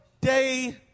day